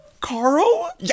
Carl